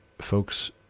folks